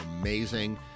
amazing